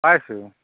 পাইছোঁ